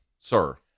sir